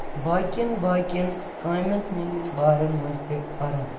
باقین باقین کامین ۂندۍ بارن منٛز تہِ پران